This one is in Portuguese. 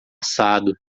assado